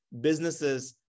businesses